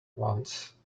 once